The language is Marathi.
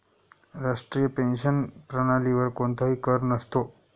राष्ट्रीय पेन्शन प्रणालीवर कोणताही कर नसतो